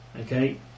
Okay